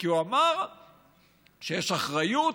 כי הוא אמר שיש אחריות